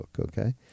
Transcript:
Okay